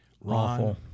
Ron